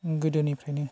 गोदोनिफ्रायनो